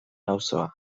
auzoa